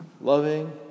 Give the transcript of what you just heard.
loving